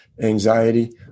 anxiety